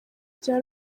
rya